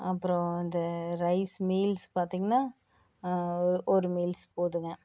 அப்புறம் இந்த rice meals பார்த்தீங்கன்னா ஓ ஒரு மீல்ஸ் போதுங்க